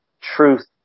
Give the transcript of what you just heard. truth